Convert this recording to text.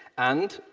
and,